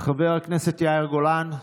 חבר הכנסת יאיר גולן,